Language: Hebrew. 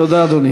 תודה, אדוני.